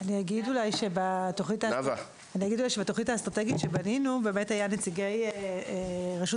אני אגיד שבתוכנית האסטרטגית שבנינו באמת היו נציגי רשות